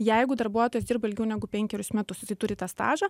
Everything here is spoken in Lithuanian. jeigu darbuotojas dirba ilgiau negu penkerius metus jisai turi tą stažą